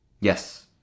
yes